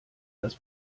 das